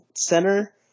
center